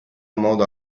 modo